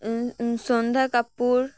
Sandhya Kapoor